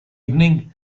evening